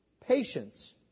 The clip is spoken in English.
patience